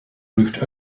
roofed